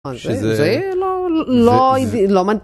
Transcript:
שזה.. זה לא.. לא הייתי..